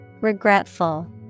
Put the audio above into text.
Regretful